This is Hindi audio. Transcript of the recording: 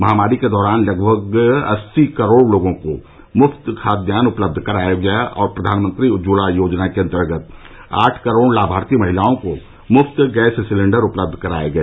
महामारी के दौरान लगभग अस्सी करोड लोगों को मुफ्त खाद्यान्न उपलब्ध कराया गया और प्रधानमंत्री उज्जवला योजना के अन्तर्गत आठ करोड लाभार्थी महिलाओं को मृफ्त गैस सिलेंडर उपलब्ध कराये गए